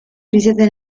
risiede